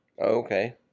Okay